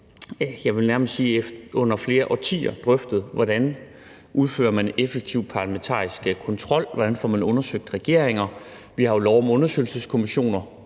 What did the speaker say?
jeg vil nærmest sige i flere årtier, drøftet, hvordan man udfører effektiv parlamentarisk kontrol, og hvordan man får undersøgt regeringer. Vi har jo lov om undersøgelseskommissioner.